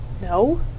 No